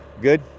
good